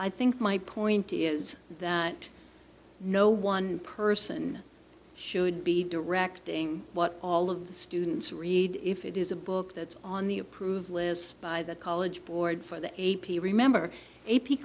i think my point is that no one person should be directing what all of the students read if it is a book that's on the approved list by the college board for the a p remember a